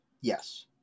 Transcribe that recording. Yes